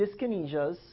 dyskinesias